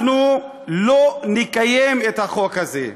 אנחנו לא נקיים את החוק הזה.